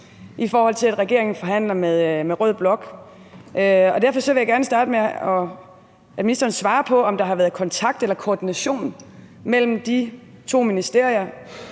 i forhold til at regeringen forhandler med rød blok. Derfor vil jeg gerne starte med at have ministeren til at svare på, om der har været kontakt eller koordination mellem de to ministerier,